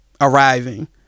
arriving